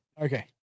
Okay